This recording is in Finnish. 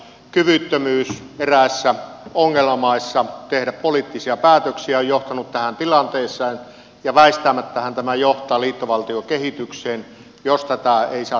kyvyttömyys eräissä ongelmamaissa tehdä poliittisia päätöksiä on johtanut tähän tilanteeseen ja väistämättähän tämä johtaa liittovaltiokehitykseen jos tätä ei saada katkaistua